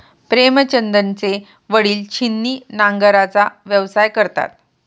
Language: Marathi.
प्रेमचंदचे वडील छिन्नी नांगराचा व्यवसाय करतात